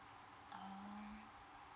ah